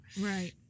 right